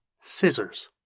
scissors